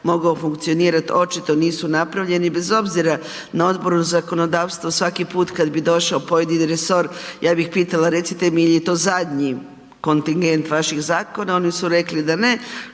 mogao funkcionirati očito nisu napravljeni bez obzira na Odboru za zakonodavstvo, svaki put kad bi došao pojedini resor, ja bih pitala recite mi je li je to zadnji kontigent vaših zakona, oni su rekli da ne